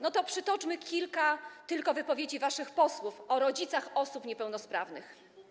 No to przytoczmy kilka tylko wypowiedzi waszych posłów o rodzicach osób niepełnosprawnych.